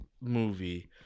movie